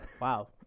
Wow